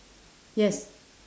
yes